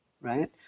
right